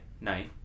night